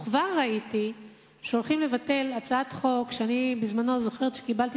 וכבר ראיתי שהולכים לבטל הצעת חוק שאני זוכרת שקיבלתי